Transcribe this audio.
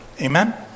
Amen